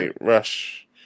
Rush